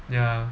ya